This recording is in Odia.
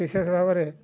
ବିଶେଷ ଭାବରେ